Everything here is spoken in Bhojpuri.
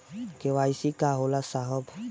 के.वाइ.सी का होला साहब?